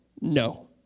no